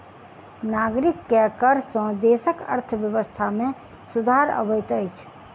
नागरिक के कर सॅ देसक अर्थव्यवस्था में सुधार अबैत अछि